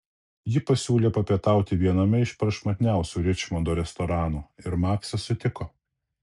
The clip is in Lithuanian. ji pasiūlė papietauti viename iš prašmatniausių ričmondo restoranų ir maksas sutiko